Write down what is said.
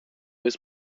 jest